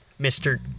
Mr